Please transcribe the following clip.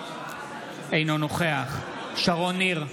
אינו נוכח שרון ניר,